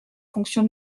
fonction